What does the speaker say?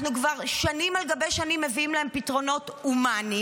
אנחנו כבר שנים על גבי שנים מביאים להם פתרונות הומניים,